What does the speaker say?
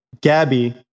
gabby